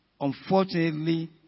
Unfortunately